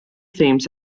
themes